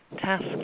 task